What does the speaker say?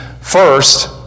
first